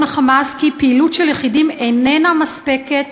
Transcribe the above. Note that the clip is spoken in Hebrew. ה"חמאס" כי פעילות של יחידים איננה מספקת,